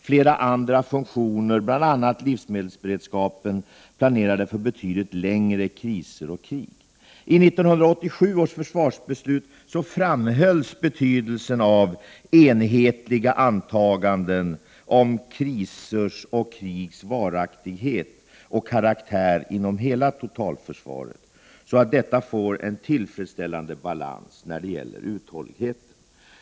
Flera andra funktioner, bl.a. livsmedelsberedskapen, planerade för betydligt längre kriser och krig. I 1987 års försvarsbeslut framhölls betydelsen av enhetliga antaganden om krisers och krigs varaktighet och karaktär inom hela totalförsvaret, så att detta får en tillfredsställande balans Prot. 1988/89:42 när det gäller uthålligheten.